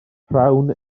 rhawn